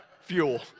fuel